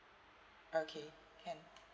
okay can